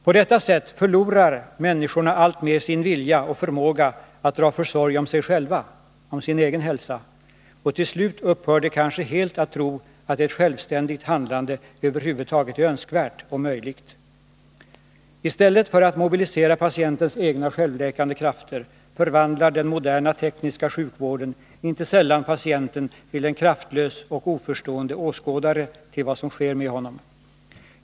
På detta sätt förlorar människorna alltmer sin vilja och förmåga att dra försorg om sig själva — sörja för sin egen hälsa — och till slut upphör de kanske helt att tro att ett självständigt handlande över huvud taget är önskvärt och möjligt. I stället för att mobilisera patientens egna självläkande krafter, förvandlar den moderna tekniska sjukvården inte sällan patienten till en kraftlös och oförstående åskådare till vad som sker med honom.